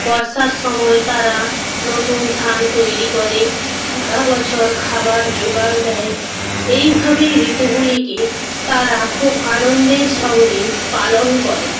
বর্ষার সময় তারা নতুন ধান তৈরি করে সারা বছর খাবার জোগান দেয় এইভাবেই ঋতুগুলিকে তারা খুব আনন্দের সঙ্গে পালন করে